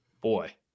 Boy